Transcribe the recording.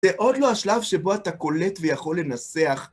זה עוד לא השלב שבו אתה קולט ויכול לנסח.